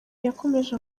yakomeje